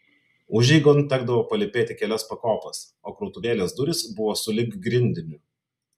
užeigon tekdavo palypėti kelias pakopas o krautuvėlės durys buvo sulig grindiniu